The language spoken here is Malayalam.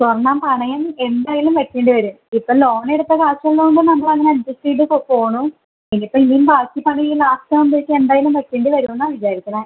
സ്വർണ്ണം പണയം എന്തായാലും വയ്ക്കേണ്ടി വരും ഇപ്പം ലോണെടുത്താൽ കാശുള്ളതു കൊണ്ട് നമ്മൾ അങ്ങ് അഡ്ജസ്റ്റ് ചെയ്തു പോകുന്നു ഇനി ഇപ്പം ബാക്കി പണി ഈ ലാസ്റ്റ് ആവുമ്പോഴേക്കും എന്തായാലും വയ്ക്കേണ്ടി വരും എന്നാണ് വിചാരിക്കുന്നത്